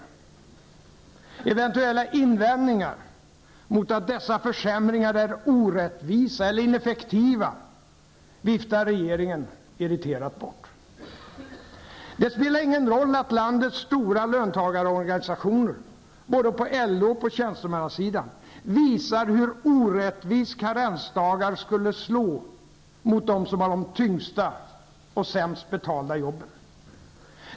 Eventuella invändningar mot att dessa försämringar är orättvisa eller ineffektiva viftar regeringen irriterat bort. Det spelar ingen roll att landets stora löntagarorganisationer, både på LO och på tjänstemannasidan, visar hur orättvist karensdagar skulle slå mot dem som har de tyngsta och sämst betalda jobben.